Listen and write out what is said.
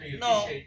no